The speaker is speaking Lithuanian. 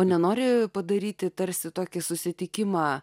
nenori padaryti tarsi tokį susitikimą